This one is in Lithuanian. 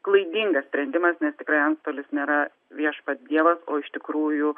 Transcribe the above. klaidingas sprendimas nes tikrai antstolis nėra viešpats dievas o iš tikrųjų